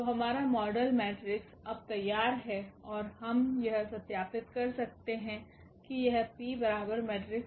तो हमारा model metrics अब तैयार है और हम यह सत्यापित कर सकते हैं कि यह दिखता है